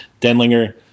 Denlinger